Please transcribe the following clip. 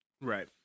right